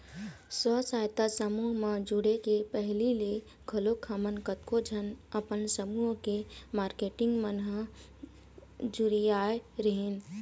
स्व सहायता समूह म जुड़े के पहिली ले घलोक हमन कतको झन अपन समूह के मारकेटिंग मन ह जुरियाय रेहेंन